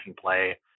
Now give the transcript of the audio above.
play